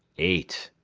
eight.